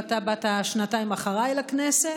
ואתה באת שנתיים אחריי לכנסת,